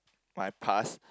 my past